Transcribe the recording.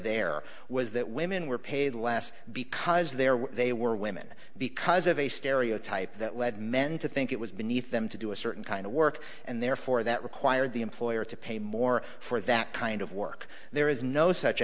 there was that women were paid less because there were they were women because of a stereotype that led men to think it was beneath them to do a certain kind of work and therefore that required the employer to pay more for that kind of work there is no such